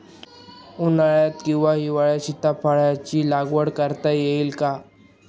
उन्हाळ्यात किंवा हिवाळ्यात सीताफळाच्या लागवड करता येईल का?